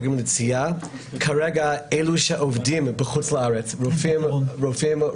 כרגע אלו שעובדים בחוץ לארץ רופאים,